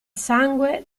sangue